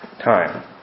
time